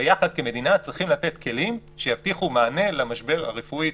ביחד כמדינה צריכים לתת כלים שיבטיחו מענה למשבר הרפואי,